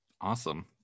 awesome